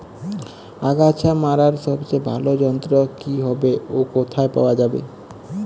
আগাছা মারার সবচেয়ে ভালো যন্ত্র কি হবে ও কোথায় পাওয়া যাবে?